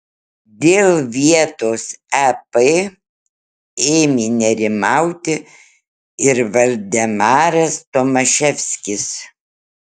dėl vietos ep ėmė nerimauti ir valdemaras tomaševskis